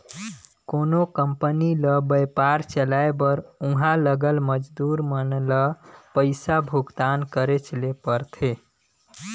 कोनो कंपनी ल बयपार चलाए बर उहां लगल मजदूर मन ल पइसा भुगतान करेच ले परथे